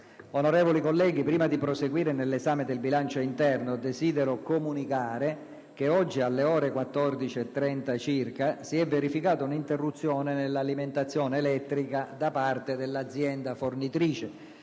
Onorevoli colleghi, prima di proseguire nell'esame del bilancio interno, desidero comunicare che oggi, alle ore 14,30 circa, si è verificata un'interruzione nell'alimentazione elettrica da parte dell'azienda fornitrice.